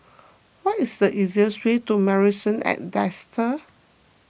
what is the easiest way to Marrison at Desker